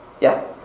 Yes